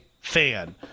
fan